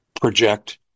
project